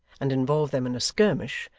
and involve them in a skirmish,